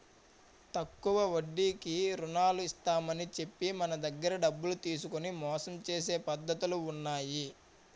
తక్కువ వడ్డీకి రుణాలు ఇస్తామని చెప్పి మన దగ్గర డబ్బులు తీసుకొని మోసం చేసే పద్ధతులు ఉన్నాయి